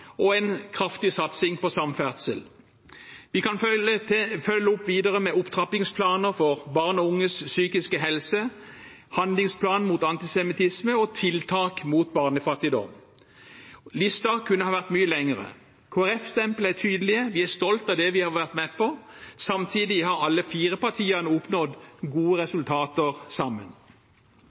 en kraftig satsing på samferdsel. Vi kan følge opp videre med opptrappingsplaner for barn og unges psykiske helse, handlingsplan mot antisemittisme og tiltak mot barnefattigdom. Listen kunne ha vært mye lengre. KrF-stempelet er tydelig. Vi er stolte av det vi har vært med på. Samtidig har alle fire partiene oppnådd gode resultater sammen.